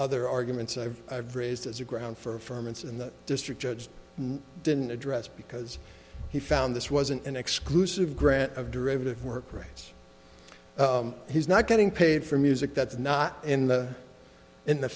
other arguments of i've raised as a ground for months in the district judge didn't address because he found this wasn't an exclusive grant of derivative work rights he's not getting paid for music that's not in the in the